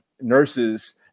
nurses